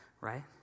right